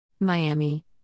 Miami